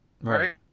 Right